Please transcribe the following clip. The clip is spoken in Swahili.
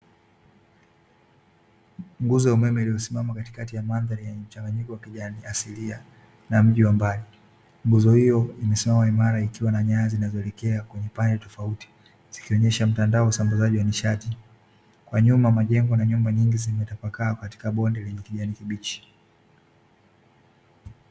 Nguzo ya umeme iliyosimama katikati ya mandhari ya mchanganyiko wa kijani asilia na mji wa mbali nguzo hiyo imesimama imara ikiwa na nyaya zinazoelekea kwenye pande tofauti zikionyesha mtandao usambazaji wa nishati, kwa nyuma majengo na nyumba nyingi zimetapakaa katika bonde lenye kijani kibichi.